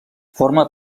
forma